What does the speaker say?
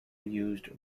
used